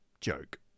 joke